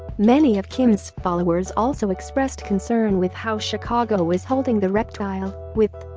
many of kim's followers also expressed concern with how chicago was holding the reptile, with